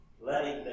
letting